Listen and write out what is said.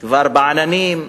כבר בעננים.